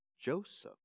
Joseph